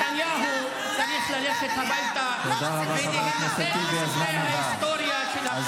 נתניהו צריך ללכת הביתה ולהיחשף בספרי ההיסטוריה של הפוליטיקה.